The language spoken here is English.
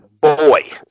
boy